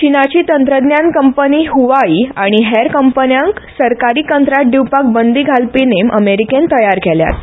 चीनाची तंत्रज्ञान कंपनी हवाई आनी हेर कंपन्यांक सरकारी कंत्राट दिवपाक बंदी घालपी नेम अमेरिकेन तयार केल्यात